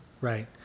Right